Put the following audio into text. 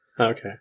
Okay